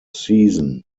season